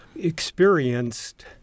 experienced